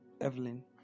Evelyn